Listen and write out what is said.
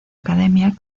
academia